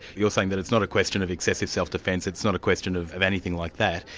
you're saying that it's not a question of excessive self-defence, it's not a question of of anything like that,